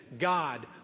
God